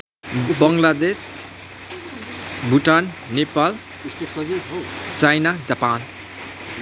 Bangladesh Bhutan Nepal China Japan